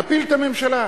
נפיל את הממשלה.